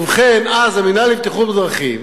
ובכן, אז המינהל לבטיחות בדרכים,